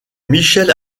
michel